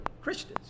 Christians